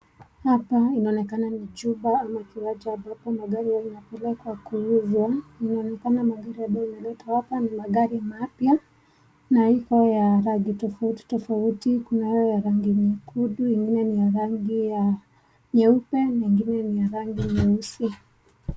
Hapa inaonekana ni chumba ama kiwanja ambapo magari yanakuja kuuzwa, inaonekana magari yanayoletwa hapa ni magari mpya, na iko ya rangi tofauti tofauti, kunayo ya rangi nyekundu, ingine ni ya rangi ya nyeupe ingine ni ya rangi nyeusi.